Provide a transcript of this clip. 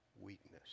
weakness